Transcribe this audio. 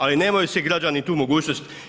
Ali nemaju svi građani tu mogućnost.